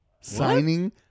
signing